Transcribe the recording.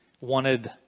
wanted